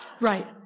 Right